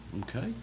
okay